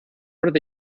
what